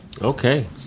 Okay